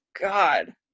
god